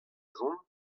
zont